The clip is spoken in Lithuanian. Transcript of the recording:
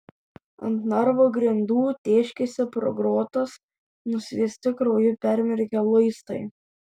ant narvo grindų tėškėsi pro grotas nusviesti krauju permirkę luistai